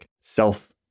self